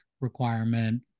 requirement